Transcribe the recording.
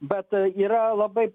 bet yra labai